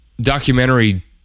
documentary